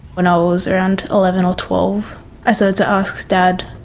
when i was around eleven or twelve i started to ask dad,